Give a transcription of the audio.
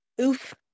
Oof